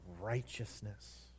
righteousness